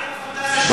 מה עם הפנטזיה, ?